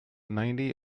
ninety